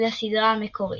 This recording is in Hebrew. לסדרה המקורית.